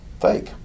fake